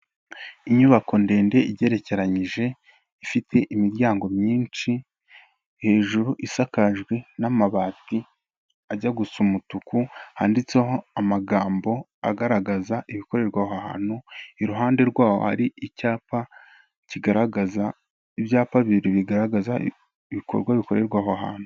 Inyubako ndende igerekeranyije ifite imiryango myinshi hejuru isakajwe n'amabati ajya gusa umutuku, handitseho amagambo agaragaza ibikorerwa aho hantu iruhande rwaho hari icyapa kigaragaza, ibyapa bibiri bigaragaza ibikorwa bikorerwa aho hantu.